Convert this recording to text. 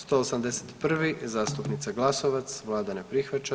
181, zastupnica Glasovac, Vlada ne prihvaća.